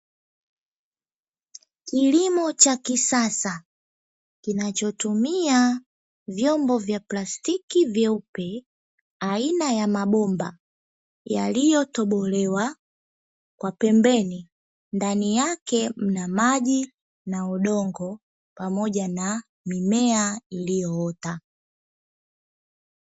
Kilimo cha kisasa kinachotumia vyombo ya plastiki vyeupe aina ya mabomba yaliyotobolewa kwa pembeni, ndani yake mna maji na udongo pamoja na mimea iliyoota.